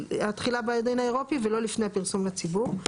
התחילה בדין האירופי ולא לפני הפרסום לציבור.